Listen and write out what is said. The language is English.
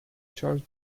charge